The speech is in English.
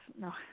No